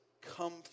come